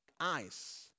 ice